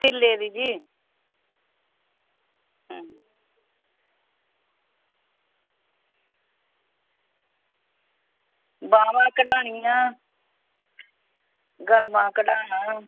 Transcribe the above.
तिल्ले दी जी हां बाह्मां कढ़ानियां गलमां कढ़ाना